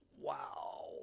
Wow